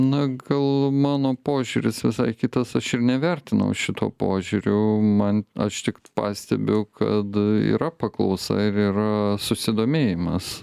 na gal mano požiūris visai kitas aš ir nevertinau šituo požiūriu man aš tik pastebiu kad yra paklausa ir yra susidomėjimas